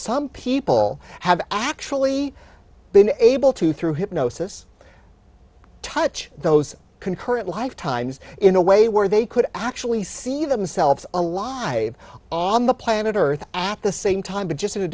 some people have actually been able to through hypnosis touch those concurrent lifetimes in a way where they could actually see themselves alive on the planet earth at the same time just in a